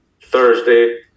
Thursday